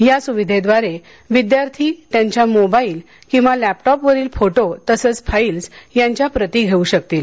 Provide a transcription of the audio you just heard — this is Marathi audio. या स्विधेद्वारे विद्यार्थी त्यांच्या मोबाईल किंवा लॅपटॉपवरील फोटो तसंच फाईल यांच्या प्रती घेऊ शकतील